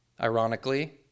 ironically